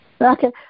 Okay